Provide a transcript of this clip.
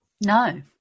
No